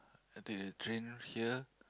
I take the train here